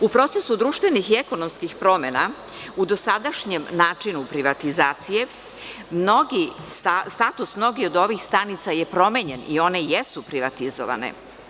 U procesu društvenih i ekonomskih promena, u dosadašnjem načinu privatizacije, status mnogih od ovih stanica je promenjen i one jesu privatizovane.